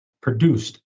produced